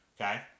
okay